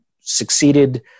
succeeded